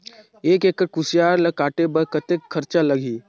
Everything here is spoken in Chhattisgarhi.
एक एकड़ कुसियार ल काटे बर कतेक खरचा लगही?